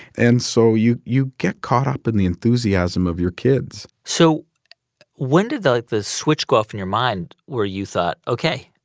and so you you get caught up in the enthusiasm of your kids so when did, like, the switch go off in your mind where you thought, ok,